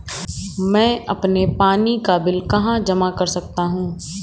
मैं अपने पानी का बिल कहाँ जमा कर सकता हूँ?